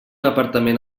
apartament